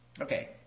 Okay